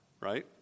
right